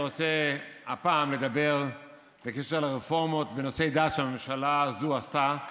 אני רוצה הפעם לדבר בקשר לרפורמות בנושא דת שהממשלה הזו עשתה,